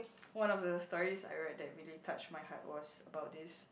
one of the stories I read that really touched my heart was about this